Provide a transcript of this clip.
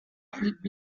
blieb